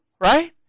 right